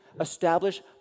establish